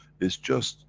it's just.